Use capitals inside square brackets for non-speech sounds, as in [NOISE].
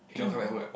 [COUGHS]